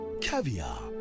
Caviar